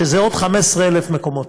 שזה עוד 15,000 מקומות.